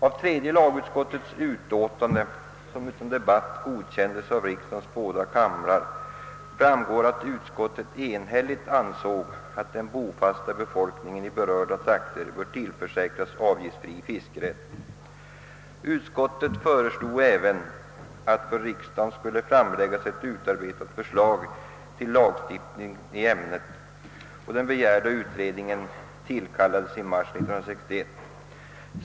Av tredje lagutskottets utlåtande, som utan debatt godkändes av riksdagens båda kamrar, framgår att utskottet enhälligt ansåg att den bofasta befolkningen i berörda trakter bör tillförsäkras avgiftsfri fiskerätt. Utskottet föreslog även att för riksdagen skulle framläggas ett utarbetat förslag till lagstiftning i ämnet, och den begärda utredningen tillkallades i mars 1961.